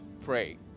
pray